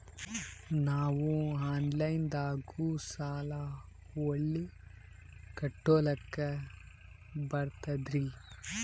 ನಾವು ಆನಲೈನದಾಗು ಸಾಲ ಹೊಳ್ಳಿ ಕಟ್ಕೋಲಕ್ಕ ಬರ್ತದ್ರಿ?